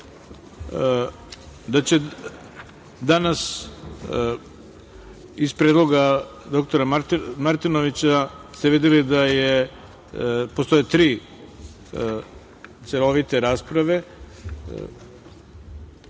tri dana. Iz predloga dr Martinovića ste videli da postoje tri celovite rasprave